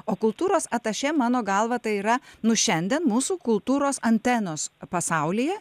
o kultūros atašė mano galva tai yra nu šiandien mūsų kultūros antenos pasaulyje